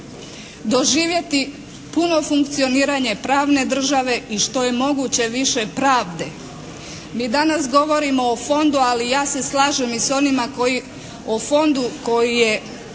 doživjeti puno funkcioniranje pravne države i što je moguće više pravde. Mi danas govorimo o fondu, ali ja se slažem i s onima koji o fondu koji je